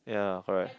ya correct